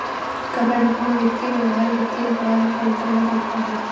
कपटपूर्ण वित्तीय व्यवहार वित्तीय अपराध के अंतर्गत आता है